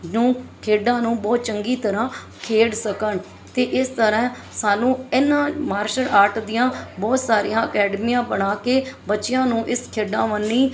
ਨੂੰ ਖੇਡਾਂ ਨੂੰ ਬਹੁਤ ਚੰਗੀ ਤਰ੍ਹਾਂ ਖੇਡ ਸਕਣ ਅਤੇ ਇਸ ਤਰ੍ਹਾਂ ਸਾਨੂੰ ਇਹਨਾਂ ਮਾਰਸ਼ਲ ਆਰਟ ਦੀਆਂ ਬਹੁਤ ਸਾਰੀਆਂ ਅਕੈਡਮੀਆਂ ਬਣਾ ਕੇ ਬੱਚਿਆਂ ਨੂੰ ਇਸ ਖੇਡਾਂ ਵੰਨੀ